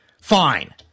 Fine